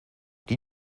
did